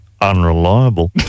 unreliable